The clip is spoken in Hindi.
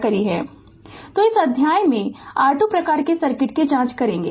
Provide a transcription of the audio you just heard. Refer Slide Time 0051 तो इस अध्याय में r2 प्रकार के सर्किट की जांच करेंगे